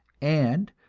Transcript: and,